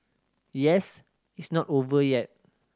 yes it's not over yet